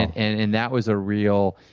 and and that was a real.